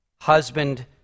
husband